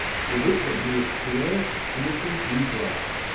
she looked at me with great, innocent interest.